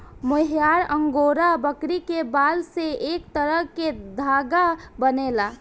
मोहयार angora बकरी के बाल से एक तरह के धागा बनेला